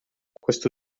questo